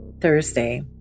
Thursday